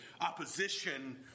opposition